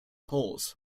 poles